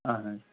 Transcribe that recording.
اہَن حظ